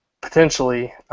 potentially